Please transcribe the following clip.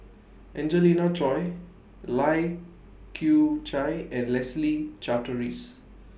Angelina Choy Lai Kew Chai and Leslie Charteris